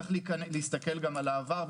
צריך להסתכל גם על העבר,